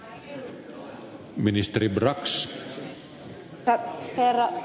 herra puhemies